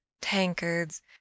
tankards